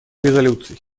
резолюций